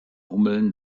hummeln